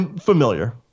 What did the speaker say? familiar